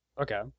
Okay